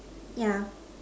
yeah